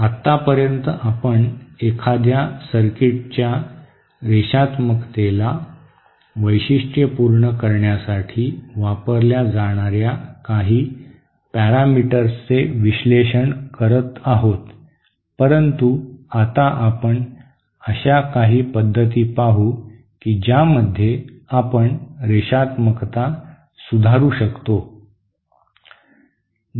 आतापर्यंत आपण एखाद्या सर्किटच्या रेषात्मकतेला वैशिष्ट्यीकृत करण्यासाठी वापरल्या जाणार्या काही पॅरामीटर्सचे विश्लेषण करीत आहोत परंतु आता आपण अशा काही पद्धती पाहू की ज्यामध्ये आपण रेषात्मकता सुधारू शकतो